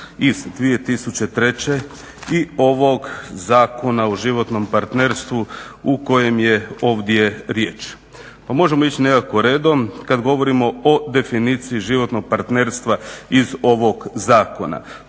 iz 2003.i ovog Zakona o životnom partnerstvu u kojem je ovdje riječ. Pa možemo ići nekako redom. Kad govorimo o definiciji životnog partnerstva iz ovog zakona,